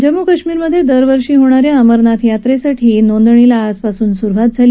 जम्मू काश्मीरमध्ये दरवर्षी होणाऱ्या अमरनाथ यात्रेसाठी नोंदणीला आजपासून सुरुवात झाली